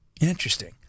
Interesting